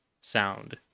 sound